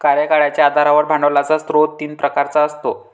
कार्यकाळाच्या आधारावर भांडवलाचा स्रोत तीन प्रकारचा असतो